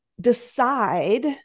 decide